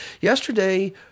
yesterday